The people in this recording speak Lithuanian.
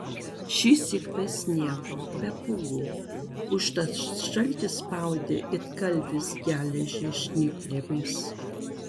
šįsyk be sniego be pūgų užtat šaltis spaudė it kalvis geležį žnyplėmis